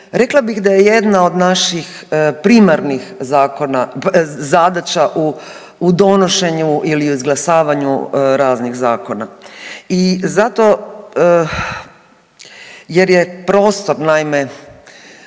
rekla bih da je jedna od naših primarnih zadaća u donošenju ili u izglasavanju raznih zakona. I zato jer je prostor naime